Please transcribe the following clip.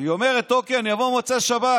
והיא אומרת: אוקיי, אני אבוא במוצאי שבת.